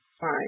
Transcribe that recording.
fine